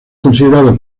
considerado